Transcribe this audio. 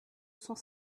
cent